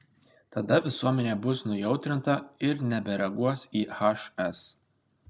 tada visuomenė bus nujautrinta ir nebereaguos į hs